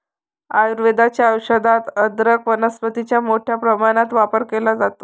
आयुर्वेदाच्या औषधात अदरक वनस्पतीचा मोठ्या प्रमाणात वापर केला जातो